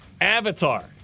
Avatar